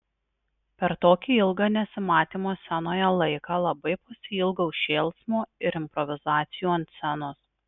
per tokį ilgą nesimatymo scenoje laiką labai pasiilgau šėlsmo ir improvizacijų ant scenos